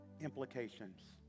implications